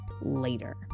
later